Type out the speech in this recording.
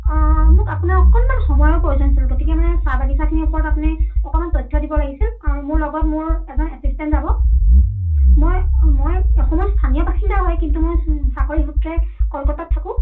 অ' মোক আপোনাৰ অকণমান সময়ৰ প্ৰয়োজন হৈছিল গতিকে মানে চাহ বাগিচাখিনিৰ ওপৰত আপুনি অকণমান তথ্য দিব লাগিছিল আৰু মোৰ লগত মোৰ এজন এছিছটেণ্ট যাব মই মই অসমৰ স্থানীয় বাসিন্দা হয় কিন্তু মই চাকৰি সূত্ৰে কলকাতাত থাকোঁ